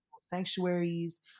sanctuaries